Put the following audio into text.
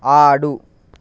ఆడు